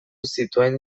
zituen